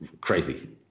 crazy